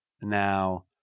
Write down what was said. Now